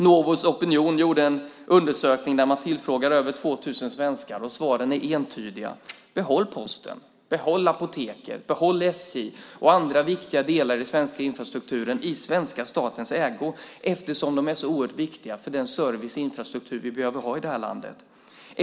Novus Opinion gjorde en undersökning där man tillfrågade över 2 000 svenskar, och svaren är entydiga: Behåll Posten, Apoteket, SJ och andra viktiga delar av den svenska infrastrukturen i svenska statens ägo eftersom de är så oerhört viktiga för den service och infrastruktur som vi behöver ha i det här landet.